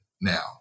now